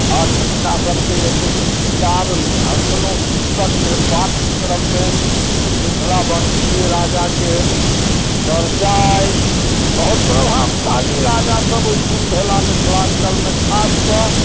आर हिनका सभकेँ जे छै से किताबमे आ एखनो पुस्तकमे पाठ्यक्रममे मिथिला वंशीय राजाके चर्चा अइ बहुत प्रभावशाली राजा सभ ओहिठुन भेला मिथिलाञ्चलमे खास कऽ